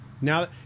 Now